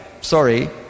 sorry